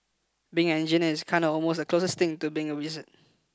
being an engineer is kinda almost the closest thing to being a wizard